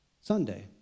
Sunday